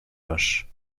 vaches